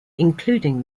including